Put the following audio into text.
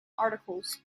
articles